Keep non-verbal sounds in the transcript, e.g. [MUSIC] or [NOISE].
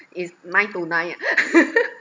it's nine to nine ah [LAUGHS]